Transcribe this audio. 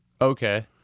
Okay